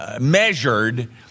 measured